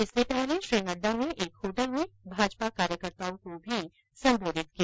इससे पूर्व श्री नड्डा एक होटल में भाजपा कार्यकर्ताओं को भी संबोधित किया